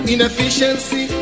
Inefficiency